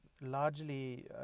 largely